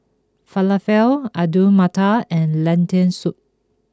Falafel Alu Matar and Lentil soup